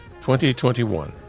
2021